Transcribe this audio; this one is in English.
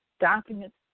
documents